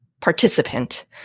participant